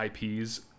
IPs